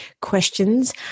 questions